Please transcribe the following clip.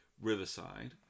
Riverside